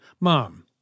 Mom